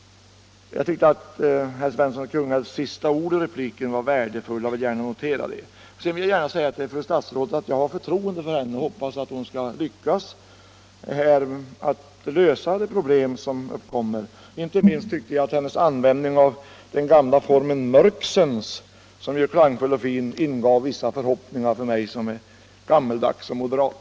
Jag tyckte att herr Svenssons i Kungälv sista ord i repliken var värdefulla, och jag vill gärna notera dem. Sedan vill jag säga till fru statsrådet att jag har förtroende för henne och hoppas att hon skall lyckas lösa de problem som uppkommer. Inte minst tyckte jag att hennes användning av den gamla formen ”mörksens” som ju är klangfull och fin, ingav vissa förhoppningar för mig som är gammaldags och moderat.